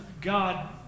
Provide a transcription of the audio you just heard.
God